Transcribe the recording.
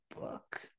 book